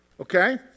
okay